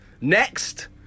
Next